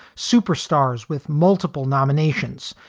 superstars with multiple nominations,